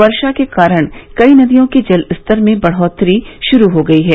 वर्षा के कारण कई नदियों के जल स्तर में बढ़ोत्तरी शुरू हो गयी है